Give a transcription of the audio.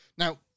Now